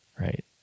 right